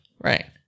Right